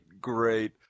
great